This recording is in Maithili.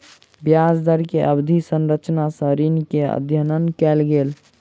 ब्याज दर के अवधि संरचना सॅ ऋण के अध्ययन कयल गेल